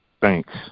Thanks